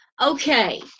Okay